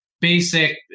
basic